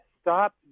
stop